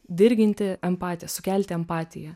dirginti empatiją sukelti empatiją